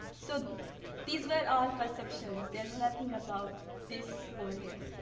so these are all perceptions. there's nothing about this, over here.